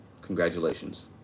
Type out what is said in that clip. Congratulations